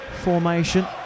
formation